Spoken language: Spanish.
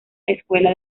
escuela